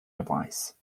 device